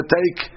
take